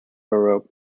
baroque